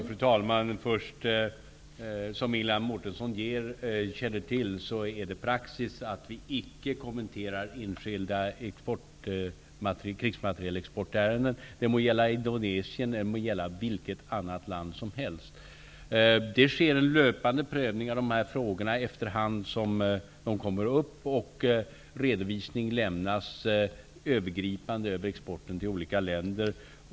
Fru talman! Som Ingela Mårtensson känner till är det praxis att icke kommentera enskilda krigsmaterielexportärenden. Det må gälla Indonesien eller vilket annat land som helst. Det sker en löpande prövning av dessa frågor efter hand som de kommer upp, och redovisning lämnas övergripande över exporten till olika länder.